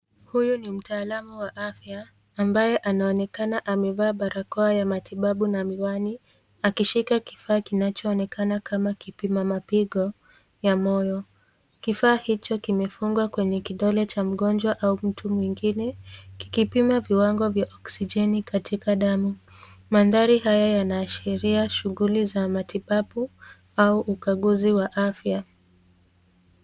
Huyu ni mtaalamu wa afya ambaye anaonekana amevalia barakoa ya matibabu na miwani, akishika kifaa kinachonekana kama kipima mapigo ya moyo, kifaa hicho kimefungwa kwenye kidole cha mgonjwa au mtu mwengine, kikipima kiwango cha oxijeni katika damu. Mandhari haya yaanshiria shughuli ya matibabu au ukaguzi wa afya.